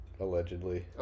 allegedly